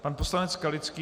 Pan poslanec Skalický.